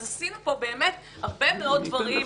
אז עשינו פה באמת הרבה מאוד דברים.